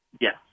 Yes